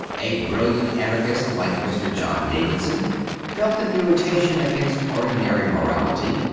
a brilliant anarchist like mr. john davidson felt an irritation against ordinary morality,